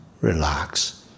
relax